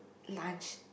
lunch